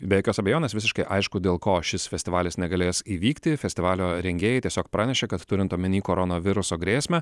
be jokios abejonės visiškai aišku dėl ko šis festivalis negalės įvykti festivalio rengėjai tiesiog pranešė kad turint omeny koronaviruso grėsmę